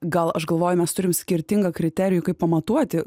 gal aš galvoju mes turim skirtingą kriterijų kaip pamatuoti